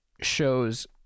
shows